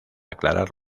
aclarar